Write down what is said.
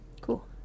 cool